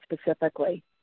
specifically